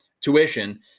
tuition